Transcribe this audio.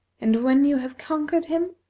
and when you have conquered him,